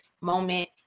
moment